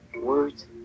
words